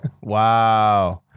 Wow